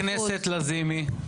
חברת הכנסת לזימי.